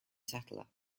settler